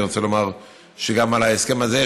אני רוצה לומר שגם על ההסכם הזה,